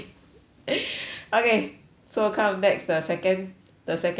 okay so come next the second the second wish